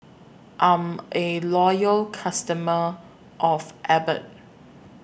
I'm A Loyal customer of Abbott